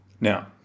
Now